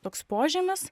toks požymis